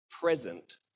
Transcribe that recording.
present